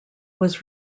was